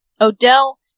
Odell